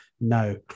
No